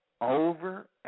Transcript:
over